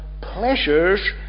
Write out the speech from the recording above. pleasures